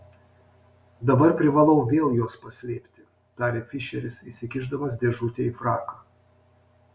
dabar privalau vėl juos paslėpti tarė fišeris įsikišdamas dėžutę į fraką